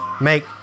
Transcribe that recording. make